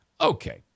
Okay